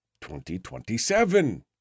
2027